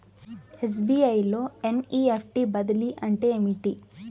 SBI లో NEFT బదిలీ అంటే ఏమిటి?